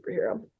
superhero